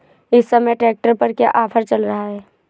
इस समय ट्रैक्टर पर क्या ऑफर चल रहा है?